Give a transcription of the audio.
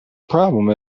problem